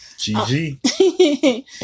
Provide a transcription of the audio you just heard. GG